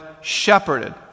shepherded